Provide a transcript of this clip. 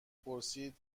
پرسید